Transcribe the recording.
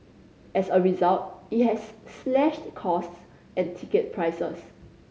as a result it has slashed costs and ticket prices